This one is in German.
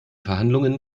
verhandlungen